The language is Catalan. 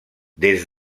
des